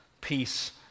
peace